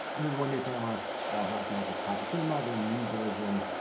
this is one new camera blackmagic pocket cinema. their new version